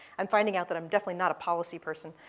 i'm finding out that i'm definitely not a policy person.